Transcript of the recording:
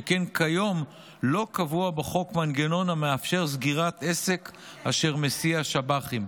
שכן כיום לא קבוע בחוק מנגנון המאפשר סגירת עסק אשר מסיע שב"חים.